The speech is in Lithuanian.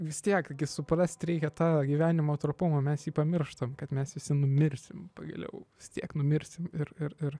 vis tiek gi suprast reikia tą gyvenimo trapumą mes jį pamirštam kad mes visi numirsim pagaliau vis tiek numirsim ir ir ir